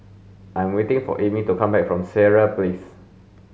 I'm waiting for Aimee to come back from Sireh Place